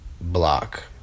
block